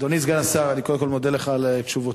אדוני סגן השר, אני קודם כול מודה לך על תשובותיך.